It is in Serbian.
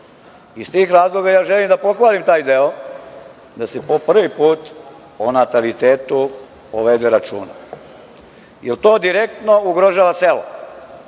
Iz tih razloga ja želim da pohvalim taj deo da se po prvi put o natalitetu povede računa, jer to direktno ugrožava selo,